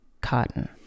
cotton